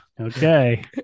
Okay